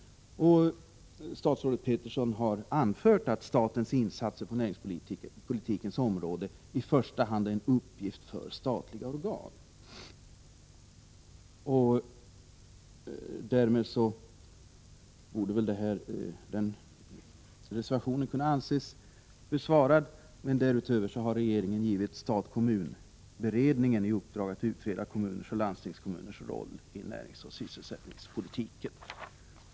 Statsrådet Peterson har anfört att statens insatser på näringspolitikens område i första hand är en uppgift för statliga organ. Därmed borde denna reservation kunna anses besvarad. Därutöver har regeringen givit stat-kommun-beredningen i uppdrag att utreda kommuners och landstingskommuners roll i näringsoch sysselsättningspolitiken.